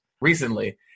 recently